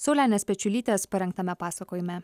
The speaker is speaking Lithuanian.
saulenės pečiulytės parengtame pasakojime